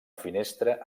finestra